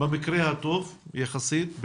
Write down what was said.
במקרה הטוב יחסית,